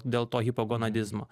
dėl to hipogonadizmo